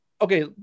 okay